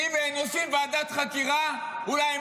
שלו היינו עושים ועדת חקירה אולי הם